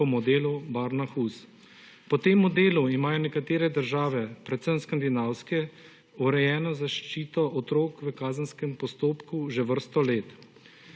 po modelu Barnahus. Po tem modelu imajo nekatere države, predvsem skandinavske, urejeno zaščito otrok v kazenskem postopku že vrsto let.